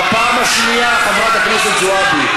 בפעם השנייה, חברת הכנסת זועבי.